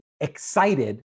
excited